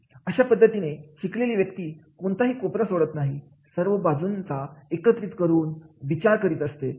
अशा पद्धतीने शिकलेली व्यक्ती कोणताही कोपरा सोडत नाही सर्व बाजूंना एकत्रित करून विचार करीत असते